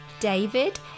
David